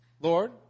Lord